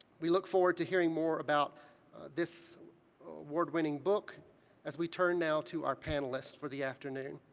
we look forward to hearing more about this award-winning book as we turn now to our panelists for the afternoon.